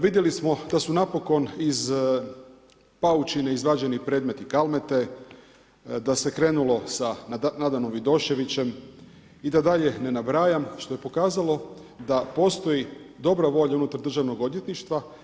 Vidjeli smo da su napokon iz paučine izvađeni predmete Kalmete, da se krenulo sa Nadanom Vidoševićem i da dalje ne nabrajam što je pokazalo da postoji dobra volja unutar državnog odvjetništva.